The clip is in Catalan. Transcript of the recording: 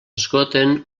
esgoten